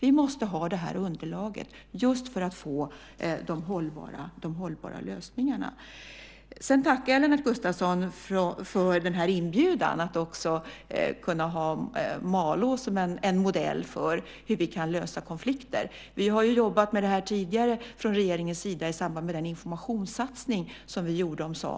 Vi måste ha det här underlaget för att få de hållbara lösningarna. Jag tackar Lennart Gustavsson för inbjudan att också kunna ha Malå som en modell för hur vi kan lösa konflikter. Regeringen har ju jobbat med detta tidigare i samband med den informationssatsning som vi gjorde om samer.